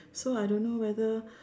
so I don't know whether